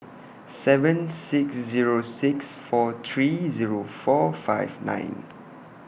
seven six Zero six four three Zero four five nine